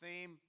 theme